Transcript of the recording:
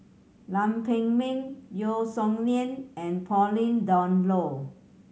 Lam Pin Min Yeo Song Nian and Pauline Dawn Loh